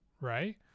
right